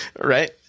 right